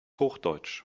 hochdeutsch